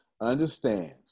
understands